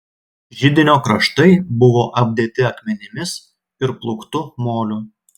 židinio kraštai buvo apdėti akmenimis ir plūktu moliu